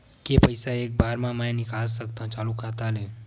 के पईसा एक बार मा मैं निकाल सकथव चालू खाता ले?